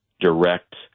direct